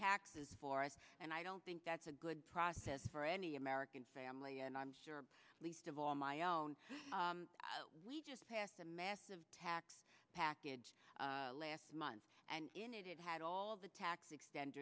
taxes for us and i don't think that's a good process for any american family and i'm sure least of all my own we just passed a massive tax package last month and in it it had all the tax extend